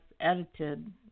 edited